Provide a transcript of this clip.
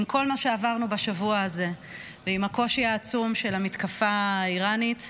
עם כל מה שעברנו בשבוע הזה ועם הקושי העצום של המתקפה האיראנית,